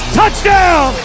touchdown